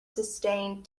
sustained